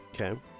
Okay